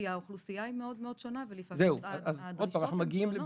כי האוכלוסייה מאוד שונה ולפעמים הדרישות הן שונות